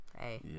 hey